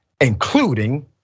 including